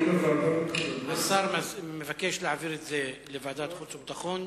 השר מבקש להעביר את זה לוועדת החוץ והביטחון,